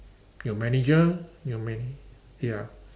your manager your mana~ ya